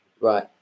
Right